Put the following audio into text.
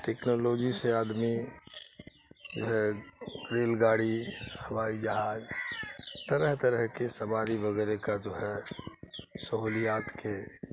technology سے آدمی جو ہے ریل گاڑی ہوائی جہاز طرح طرح کے سواری وغیرہ کا جو ہے سہولیات کے